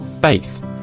FAITH